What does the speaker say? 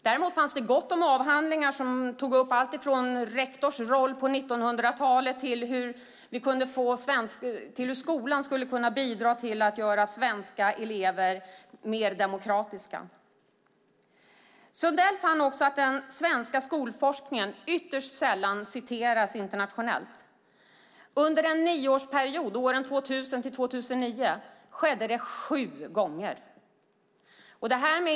Däremot fanns det gott om avhandlingar som tog upp alltifrån rektorns roll på 1900-talet till hur skolan skulle kunna bidra till att göra svenska elever mer demokratiska. Sundell fann också att den svenska skolforskningen ytterst sällan citerades internationellt. Under nioårsperioden 2000 2009 skedde det sju gånger!